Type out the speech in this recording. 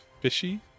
fishy